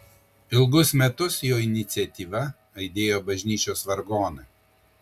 ilgus metus jo iniciatyva aidėjo bažnyčios vargonai